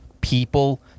people